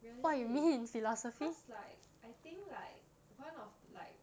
really cause like I think like one of like